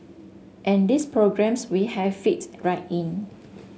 and these programmes we have fit right in